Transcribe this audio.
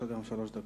שלוש דקות.